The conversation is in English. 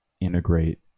integrate